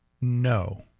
no